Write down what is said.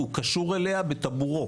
הוא קשור אליה בטבורו.